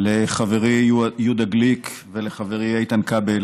לחברי יהודה גליק ולחברי איתן כבל